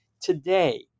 today